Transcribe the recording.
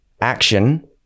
action